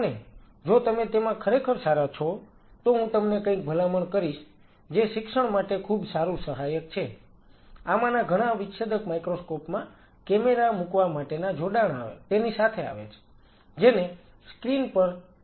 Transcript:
અને જો તમે તેમાં ખરેખર સારા છો તો હું તમને કંઈક ભલામણ કરીશ જે શિક્ષણ માટે ખૂબ સારૂ સહાયક છે આમાંના ઘણા વિચ્છેદક માઇક્રોસ્કોપ માં કેમેરા મૂકવા માટેના જોડાણ તેની સાથે આવે છે જેને સ્ક્રીન પર મૂકી શકાય છે